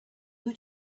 who